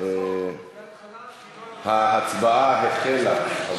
ההצבעה החלה.